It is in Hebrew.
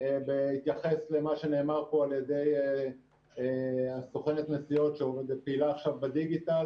בהתייחס למה שנאמר פה על ידי סוכנת הנסיעות שפעילה עכשיו בדיגיטל.